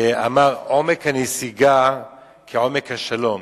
הוא אמר: עומק הנסיגה כעומק השלום,